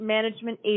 Management